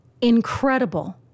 incredible